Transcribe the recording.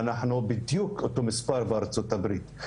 זה בדיוק אותו מספר בארצות הברית.